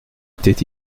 était